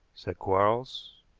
said quarles,